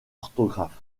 orthographe